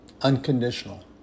Unconditional